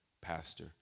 pastor